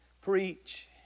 preach